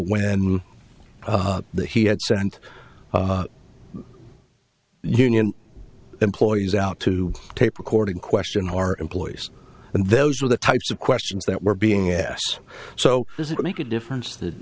when the he had sent union employees out to tape recording question who are employees and those are the types of questions that were being ass so does it make a difference that